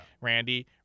Randy